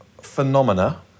phenomena